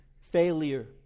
failure